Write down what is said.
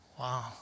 Wow